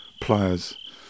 pliers